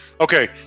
Okay